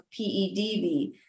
PEDV